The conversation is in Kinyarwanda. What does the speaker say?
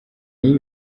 y’ibi